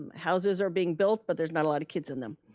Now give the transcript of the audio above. and houses are being built, but there's not a lot of kids in them.